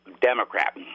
Democrat